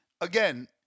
Again